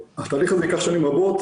התהליך הזה ייקח שנים רבות,